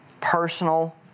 personal